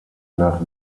nach